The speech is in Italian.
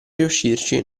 riuscirci